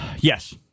Yes